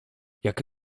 jak